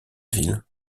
ville